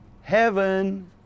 heaven